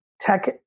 tech